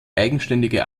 eigenständige